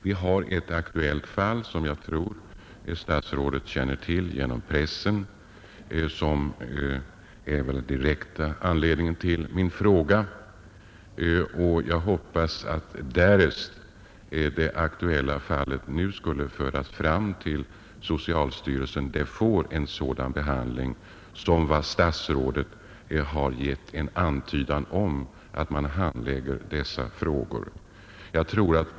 Vi har ett aktuellt fall, som jag tror att statsrådet känner till genom pressen och som väl är den direkta anledningen till min fråga. Jag hoppas att det aktuella fallet, därest det nu skulle föras fram till socialstyrelsen, får en sådan behandling som statsrådet har givit en antydan om att man tillämpar vid handläggning av dessa frågor.